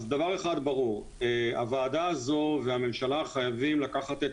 אז דבר אחד ברור הוועדה הזאת והממשלה חייבים לקחת את